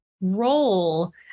role